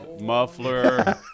Muffler